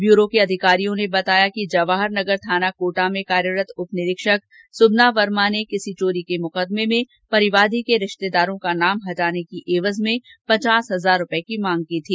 bureau के अधिकारियों ने बताया कि जवाहर नगर थाना कोटा में कार्यरत उप निरीक्षक सुबना वर्मा ने किसी चोरी के मुकदमें में परिवादी के रिश्तेदरों का नाम हटाने की एवज में पचास हजार रूपए की मांग की थी